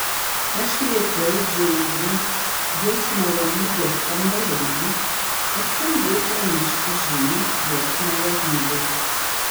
aš liepiau džeinei jos malonybės kambarinei atsargiai pranešti žinią jos malonybei